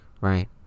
Right